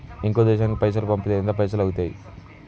ఇంకో దేశానికి పైసల్ పంపితే ఎంత పైసలు అయితయి?